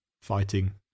fighting